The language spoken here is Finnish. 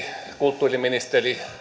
kulttuuriministeri